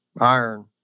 iron